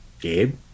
gabe